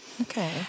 Okay